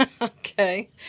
Okay